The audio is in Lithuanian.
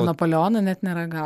napoleono net neraga